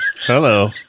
Hello